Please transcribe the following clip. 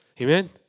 Amen